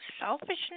selfishness